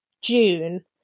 June